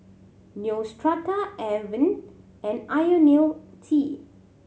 Neostrata Avene and Ionil T